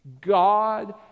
God